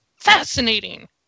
fascinating